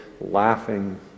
laughing